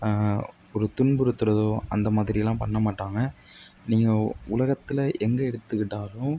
ஒரு துன்புறுத்துகிறதோ அந்த மாதிரியெல்லாம் பண்ண மாட்டாங்க நீங்கள் உலகத்தில் எங்கே எடுத்துக்கிட்டாலும்